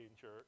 church